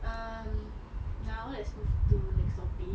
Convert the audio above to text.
um now let's move to next topic